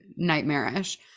nightmarish